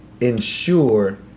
ensure